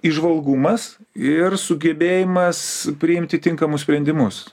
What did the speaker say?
įžvalgumas ir sugebėjimas priimti tinkamus sprendimus